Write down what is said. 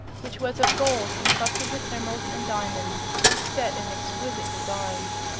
which was of gold encrusted with emeralds and diamonds set in exquisite designs.